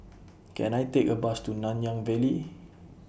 Can I Take A Bus to Nanyang Valley